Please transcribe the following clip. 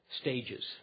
stages